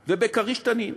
וב"כריש" "תנין".